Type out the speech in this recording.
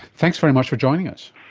thanks very much for joining us.